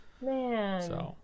Man